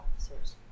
officers